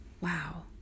wow